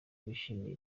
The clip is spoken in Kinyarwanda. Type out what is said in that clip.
bishimiye